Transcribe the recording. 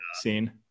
scene